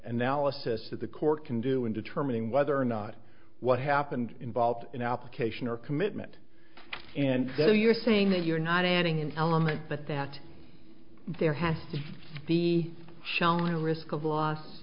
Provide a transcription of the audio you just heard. analysis that the court can do in determining whether or not what happened involved an application or commitment and then you're saying that you're not adding an element but that there has to be shown risk of loss